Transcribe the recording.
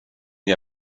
n’y